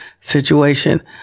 situation